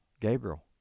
gabriel